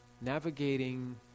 Navigating